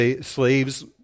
slaves